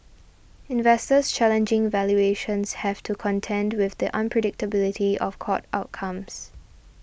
investors challenging valuations have to contend with the unpredictability of court outcomes